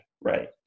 right